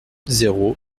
zéro